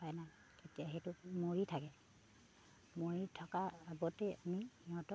পায় নাই তেতিয়া সেইটো মৰি থাকে মৰি থকাৰ আগতে আমি সিহঁতক